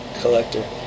collector